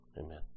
Amen